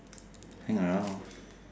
hang around